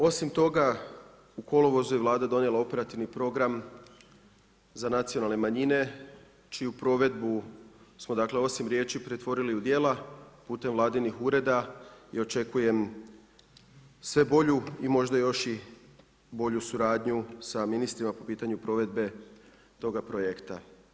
Osim toga, u kolovozu je Vlada donijela Operativni program za nacionalne manjine čiju provedbu smo dakle, osim riječi pretvorili u djela, putem vladinih ureda i očekujem sve bolju i možda još i bolju suradnju sa ministrima po pitanju provedbe toga projekta.